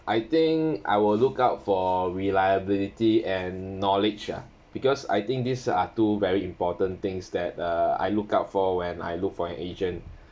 I think I will look out for reliability and knowledge ah because I think these are two very important things that uh I look out for when I look for an agent